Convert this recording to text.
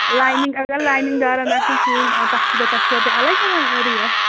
lining اگر lining دارَن آسن سُوٕنۍ تَتھ کوٗتاہ تَتھ چھُوا تُہۍ الگ ہٮ۪وان ریٹ